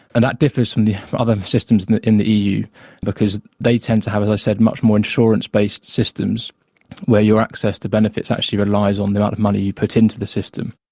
and that differs from the the other systems in the in the eu because they tend to have, as i said, much more insurance-based systems where your access to benefits actually relies on the amount of money you put into the system.